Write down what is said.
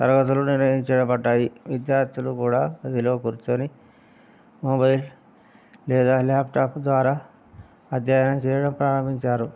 తరగతులు నిర్వహించబడ్డాయి విద్యార్థులు కూడా గదిలో కూర్చొని మొబైల్ లేదా ల్యాప్ట్యాప్ ద్వారా అధ్యయనం చేయడం ప్రారంభించారు